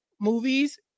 movies